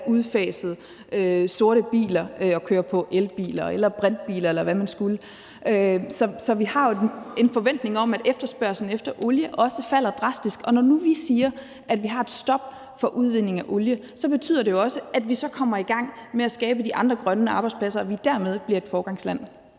udfaset sorte biler og køre i elbiler eller brintbiler, eller hvad man skulle have. Så vi har en forventning om, at efterspørgslen efter olie også falder drastisk. Og når nu vi siger, at vi har et stop for udvinding af olie, betyder det jo også, at vi så kommer i gang med at skabe de andre grønne arbejdspladser og dermed bliver et foregangsland.